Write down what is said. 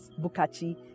Bukachi